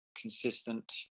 consistent